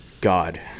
God